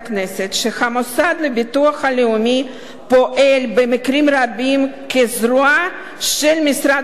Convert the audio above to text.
שהמוסד לביטוח לאומי פועל במקרים רבים כזרוע של משרד האוצר